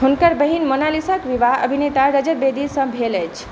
हुनकर बहिन मोनालिसाक विवाह अभिनेता रजत बेदीसँ भेल अछि